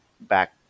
back